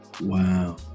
wow